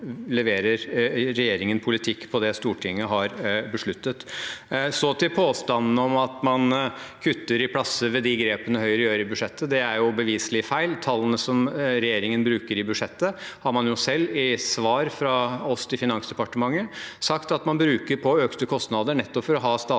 Så til påstanden om at man kutter i plasser med de grepene Høyre tar i budsjettet: Det er beviselig feil. Tallene som regjeringen bruker i budsjettet, har man jo selv sagt, i svar til oss fra Finansdepartementet, at man bruker på økte kostnader, nettopp for å ha statlig